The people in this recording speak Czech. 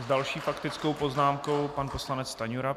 S další faktickou poznámkou pan poslanec Stanjura.